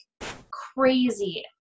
crazy